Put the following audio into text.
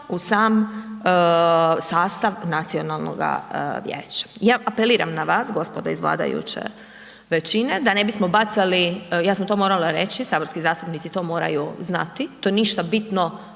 u sam sastav nacionalnoga vijeća. Ja apeliram na vas gospodo iz vladajuće većine da ne bismo bacali, ja sam to morala reći, saborski zastupnici to moraju znati, to ništa bitno